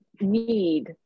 need